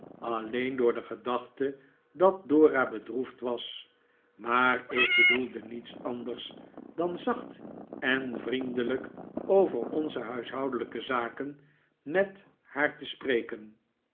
alleen door de gedachte dat dora bedroefd was maar ik bedoelde niets anders dan zacht en vriendelijk over onze huishoudelijke zaken met haar te spreken